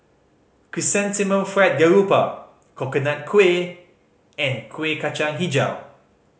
Chrysanthemum Fried Garoupa Coconut Kuih and Kueh Kacang Hijau